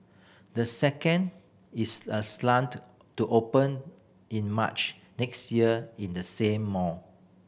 the second is to open in March next year in the same mall